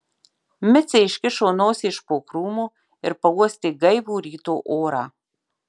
micė iškišo nosį iš po krūmo ir pauostė gaivų ryto orą